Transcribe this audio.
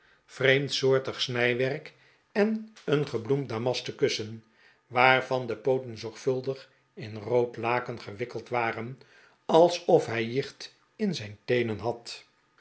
vreemdsoortig snijwerk en een gebloemd damasten kussen waarvan de pooten zorgvuldig in rood laken gewikkeld waren alsof hij jicht in zijn teenen had